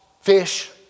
fish